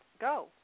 go